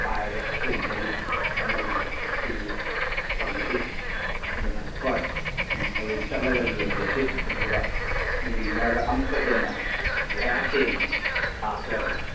ꯄꯥꯏꯔꯒ ꯆꯣꯡꯕꯒꯤ ꯆꯠꯅꯕꯤꯁꯦ ꯑꯁꯤꯗꯤ ꯇꯧꯅꯗꯦ ꯑꯗꯨꯅ ꯍꯣꯏ ꯍꯌꯦꯡ ꯆꯠꯂꯒ ꯌꯦꯡꯉꯨꯔꯁꯤ ꯑꯗꯨꯒ ꯌꯦꯡꯃꯤꯟꯅꯔꯒ ꯑꯃꯨꯛꯀ ꯍꯦꯟꯅ ꯂꯌꯥꯔ ꯁꯦꯡꯅ ꯇꯥꯛꯆꯔꯒꯦ